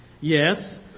Yes